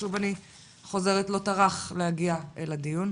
ששוב אני חוזרת-לא טרח להגיע אל הדיון.